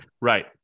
Right